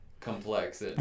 complex